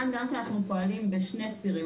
אנחנו פועלים בשני צירים.